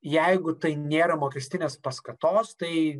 jeigu tai nėra mokestinės paskatos tai